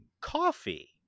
coffee